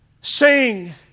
Sing